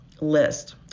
list